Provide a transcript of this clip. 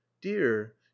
dear